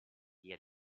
via